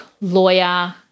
lawyer